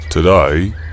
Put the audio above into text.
Today